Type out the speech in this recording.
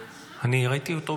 חושב שראיתי אותו במסדרון.